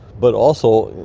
but also,